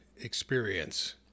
experience